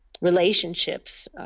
relationships